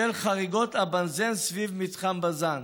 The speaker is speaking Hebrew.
חריגות פליטת הבנזן סביב מתחם בז"ן.